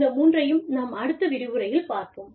இந்த மூன்றையும் நாம் அடுத்த விரிவுரையில் பார்ப்போம்